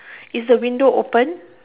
is the window open